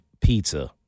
pizza